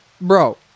bro